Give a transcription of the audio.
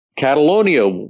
Catalonia